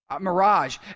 Mirage